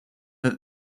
that